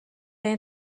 این